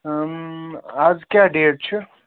آز کیٛاہ ڈیٹ چھُ